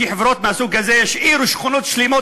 שחברות מהסוג הזה השאירו שכונות שלמות,